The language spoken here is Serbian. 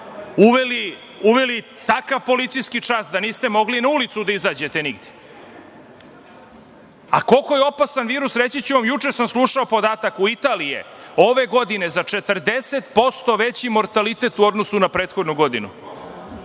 uveli takav policijski čas da niste mogli na ulicu da izađete nigde. A koliko je opasan virus, reći ću vam. Juče sam slušao podatak, u Italiji je ove godine za 40% veći mortalitet u odnosu na prethodnu godinu.